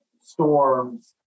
storms